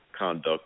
conduct